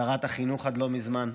שרת החינוך עד לא מזמן,